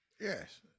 Yes